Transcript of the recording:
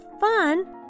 fun